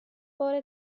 بار